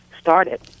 started